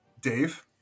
Dave